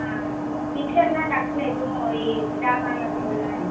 ஆ பிக்ச்சர்லாம் டக்குன்னு எதுவும் இ இதாகாமல் இருக்கும்ல